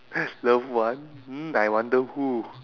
love one mm I wonder who